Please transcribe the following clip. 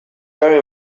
very